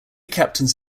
captains